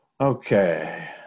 Okay